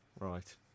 right